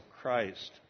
Christ